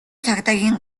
цагдаагийн